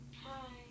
Hi